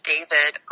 David